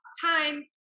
time